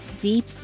deep